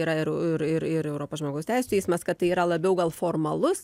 yra ir ir ir europos žmogaus teisių teismas kad tai yra labiau gal formalus